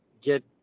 get